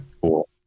cool